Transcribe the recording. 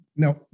Now